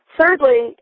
Thirdly